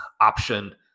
option